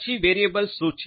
પછી વેરિયેબલ્સ શું છે